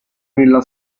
nella